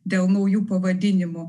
dėl naujų pavadinimų